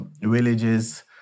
villages